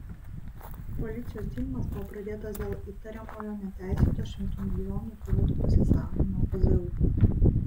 policijos tyrimas buvo pradėtas dėl įtariamo neteisėto šimtų milijonų zlotų pasisavinimo pzu